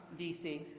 DC